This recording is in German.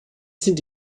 sind